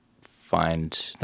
find